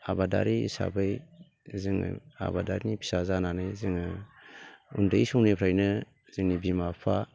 आबादारि हिसाबै जोङो आबादारिनि फिसा जानानै जोङो उन्दै समनिफ्रायनो जोंनि बिमा बिफा